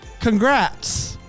congrats